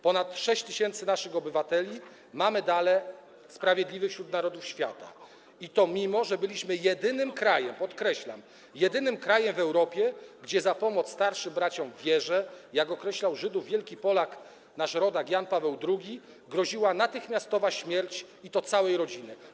Ponad 6 tys. naszych obywateli ma medale Sprawiedliwy wśród Narodów Świata, mimo że byliśmy jedynym krajem, podkreślam, jedynym krajem w Europie, w którym za pomoc starszym braciom w wierze, jak określał Żydów wielki Polak, nasz rodak Jan Paweł II, groziła natychmiastowa śmierć, i to całej rodziny.